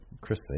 Chris